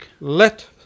Let